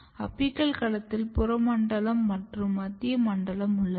apical களத்தில் புறமண்டலம் மற்றும் மத்திய மண்டலம் உள்ளது